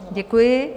Děkuji.